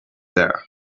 there